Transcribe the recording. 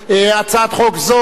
הצעת חוק זאת,